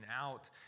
out